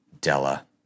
Della